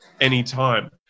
anytime